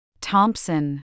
thompson